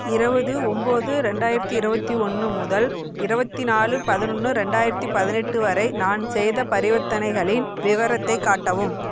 இருபது ஒம்பது ரெண்டாயிரத்தி இருபத்தி ஒன்று முதல் இருபத்தி நாலு பதினொன்று ரெண்டாயிரத்தி பதினெட்டு வரை நான் செய்த பரிவர்த்தனைகளின் விவரத்தை காட்டவும்